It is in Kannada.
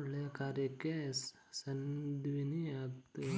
ಒಳ್ಳೆಯ ಕಾರ್ಯಕ್ಕೆ ಸದ್ವಿನಿಯೋಗವಾಗ್ತದೆ